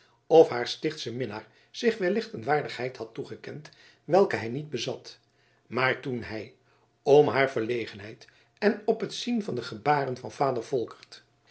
of haar stichtsche minnaar zich wellicht een waardigheid had toegekend welke hij niet bezat maar toen hij om haar verlegenheid en op het zien van de gebaren van vader volkert